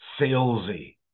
salesy